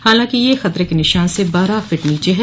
हालांकि यह खतरे के निशान से बारह फिट नीचे है